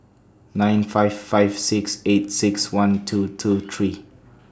nine five five six eight six one two two three